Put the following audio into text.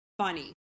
funny